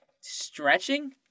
stretching